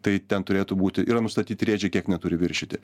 tai ten turėtų būti yra nustatyti rėžiai kiek neturi viršyti